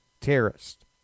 terrorist